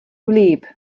wlyb